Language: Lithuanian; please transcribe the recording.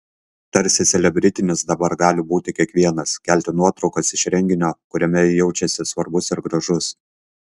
tarsi selebritis dabar gali būti kiekvienas kelti nuotraukas iš renginio kuriame jaučiasi svarbus ir gražus